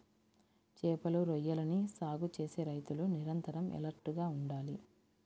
చేపలు, రొయ్యలని సాగు చేసే రైతులు నిరంతరం ఎలర్ట్ గా ఉండాలి